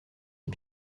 est